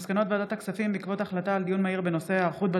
מסקנות ועדת הכספים בעקבות דיון מהיר בהצעתם